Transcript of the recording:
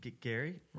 Gary